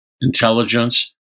intelligence